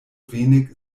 wenig